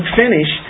finish